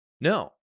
No